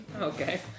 Okay